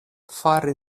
fari